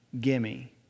gimme